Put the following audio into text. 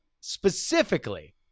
Specifically